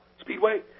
Speedway